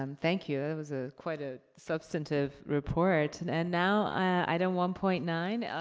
um thank you, that was ah quite a substantive report. and and now, item one point nine,